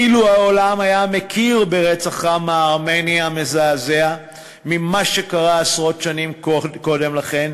אילו העולם היה מכיר ברצח העם הארמני המזעזע שקרה עשרות שנים קודם לכן,